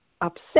upset